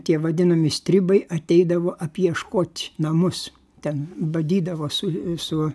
tie vadinami stribai ateidavo apieškot namus ten badydavo su su